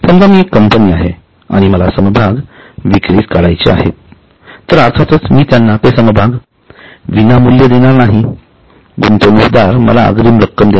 समजा मी एक कंपनी आहे आणि मला समभाग विक्रीस काढायचे आहेत तर अर्थातच मी त्यांना ते समभाग विनामूल्य देणार नाही गुंतवणूकदार मला अग्रीम रक्कम देणार